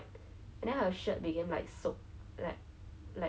like it wasn't even the person that was blindfolded